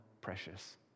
precious